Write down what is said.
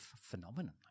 phenomenon